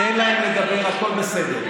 תן להם לדבר, הכול בסדר.